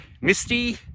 misty